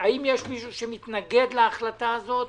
האם יש מישהו שמתנגד להחלטה הזאת?